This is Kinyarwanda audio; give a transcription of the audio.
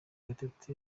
gatete